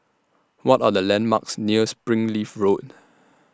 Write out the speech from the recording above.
What Are The landmarks near Springleaf Road